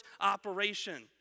operation